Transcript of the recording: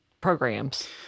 programs